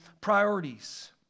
priorities